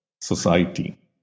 society